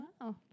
Wow